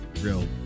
real